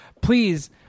please